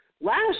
last